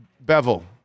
Bevel